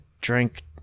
drink